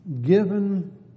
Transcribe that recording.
given